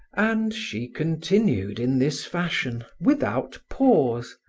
and she continued in this fashion, without pause,